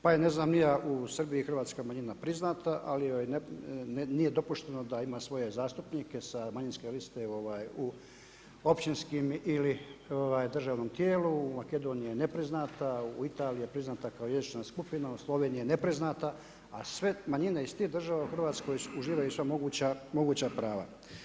Pa je ne znam ni ja u Srbiji Hrvatska manjina priznata ali joj nije dopušteno da ima svoje zastupnike sa manjinske liste u općinskim ili državnom tijelu, u Makedoniji je nepriznata, u Italiji je priznata kao jezična skupina, u Sloveniji je nepriznata a sve manjine iz tih država u Hrvatskoj uživaju sva moguća prava.